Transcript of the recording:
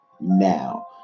now